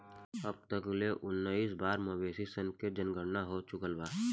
अब तक ले उनऽइस बार मवेशी सन के जनगणना हो चुकल बा